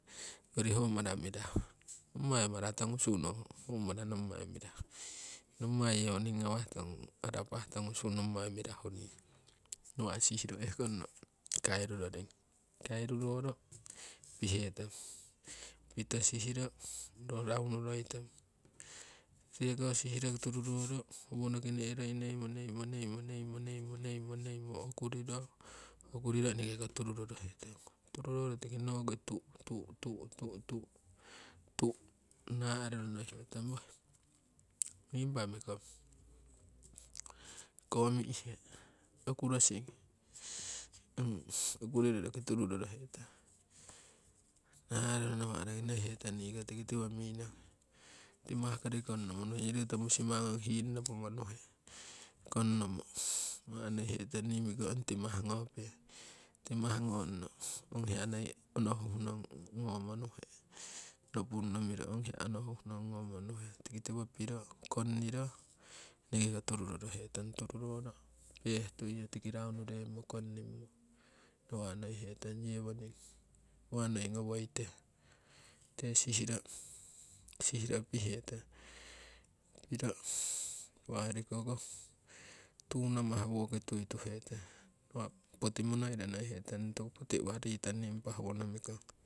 Owori ho mara mirahu nommai mara tongusu ong nommai mara mirahu nommai yewoning arapah tongusu nommai mirahu rirong, nawa' sihiro ehkonno. kairu roring. Kairuroro pihetong pito sihito ro raunu roitong tiko sihiro tururoro howonoki ne'roi neimo okuriro eneke ko turu. rorohetong, tururoro tiki tu'u tu'u tu'u naa'ruro nokihe tong woi nii impa mikong koomi'he okurosing. Okuriro roki turu rorohetong naa'ruro nawa'. roki nokihetong niko tiko tiwo minong timahkori konnomo nuhe ongyori roto musimang hiing nopuh nuhe kongnommo nawa' nokihe tong nii mikong timah ngope. Timah ngoono ong hiya noi onohuh nong ngomo nuhe nopunno miro ong hiya onohuhnong ngomo nuhe, tiki tiwo piro kongniro eneke ko turu rorohetong. Turu roro pehtuiyo tiki raunu remmo kongnimmo, nawa' nohihe tong yewoning uwa noi ngowoite tikite sihiro pihetong piro nawa' hoyori ko tuu namah woki tui tuhetong nawa' poti monoiro nokihe tong ong toku poti uwa ritong nii impa howono mikong.